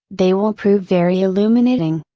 they will prove very illuminating.